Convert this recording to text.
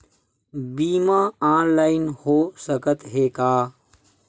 बीमा ऑनलाइन हो सकत हे का?